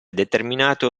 determinato